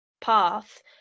path